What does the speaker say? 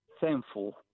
thankful